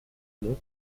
mont